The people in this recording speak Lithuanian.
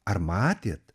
ar matėt